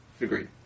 Agreed